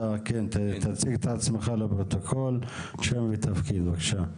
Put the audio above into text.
תציג את עצמך לפרוטוקול שם ותפקיד בבקשה.